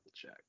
check